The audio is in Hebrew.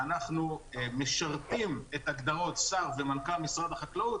שאנחנו משרתים את הגדרות שר ומנכ"ל משרד החקלאות,